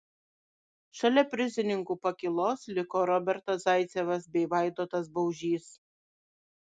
šalia prizininkų pakylos liko robertas zaicevas bei vaidotas baužys